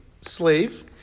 slave